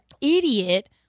idiot